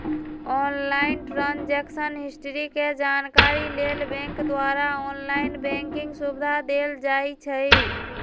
online transaction history के जानकारी लेल बैंक द्वारा ऑनलाइन बैंकिंग सुविधा देल जाइ छइ